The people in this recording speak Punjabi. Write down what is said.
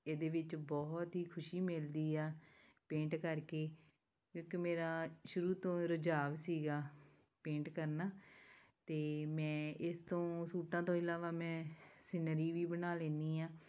ਇਹਦੇ ਵਿੱਚ ਬਹੁਤ ਹੀ ਖੁਸ਼ੀ ਮਿਲਦੀ ਆ ਪੇਂਟ ਕਰਕੇ ਇੱਕ ਮੇਰਾ ਸ਼ੁਰੂ ਤੋਂ ਰੁਝਾਉ ਸੀਗਾ ਪੇਂਟ ਕਰਨਾ ਅਤੇ ਮੈਂ ਇਸ ਤੋਂ ਸੂਟਾਂ ਤੋਂ ਇਲਾਵਾ ਮੈਂ ਸਿੰਨਰੀ ਵੀ ਬਣਾ ਲੈਂਦੀ ਹਾਂ